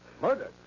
Murdered